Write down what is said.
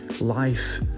life